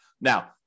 Now